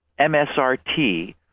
MSRT